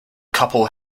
couple